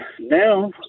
now